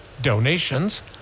donations